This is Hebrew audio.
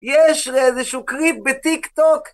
יש איזשהו קריפ בטיק טוק?